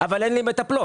אבל אין לי מטפלות.